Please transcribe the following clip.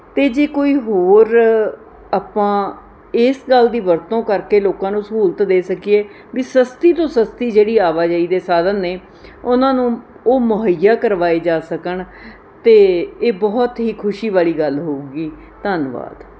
ਅਤੇ ਜੇ ਕੋਈ ਹੋਰ ਆਪਾਂ ਇਸ ਗੱਲ ਦੀ ਵਰਤੋਂ ਕਰਕੇ ਲੋਕਾਂ ਨੂੰ ਸਹੂਲਤ ਦੇ ਸਕੀਏ ਵੀ ਸਸਤੀ ਤੋਂ ਸਸਤੀ ਜਿਹੜੀ ਆਵਾਜਾਈ ਦੇ ਸਾਧਨ ਨੇ ਉਹਨਾਂ ਨੂੰ ਉਹ ਮੁਹੱਈਆ ਕਰਵਾਏ ਜਾ ਸਕਣ ਅਤੇ ਇਹ ਬਹੁਤ ਹੀ ਖੁਸ਼ੀ ਵਾਲੀ ਗੱਲ ਹੋਵੇਗੀ ਧੰਨਵਾਦ